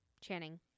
Channing